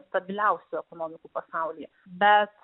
stabiliausių ekonomikų pasaulyje bet